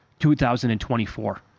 2024